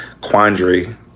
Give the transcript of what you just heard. quandary